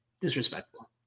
disrespectful